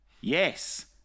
Yes